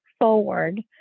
forward